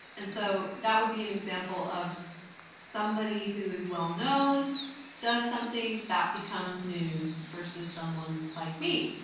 and so that would be an example of somebody who is well known does something that becomes news versus someone like me.